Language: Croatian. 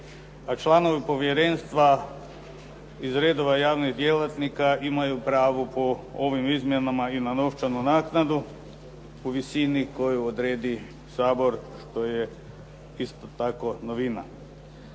A članovi povjerenstva iz redova javnih djelatnika imaju pravo po ovim izmjenama i na novčanu naknadu u visini koju odredi Sabor što je isto tako novina.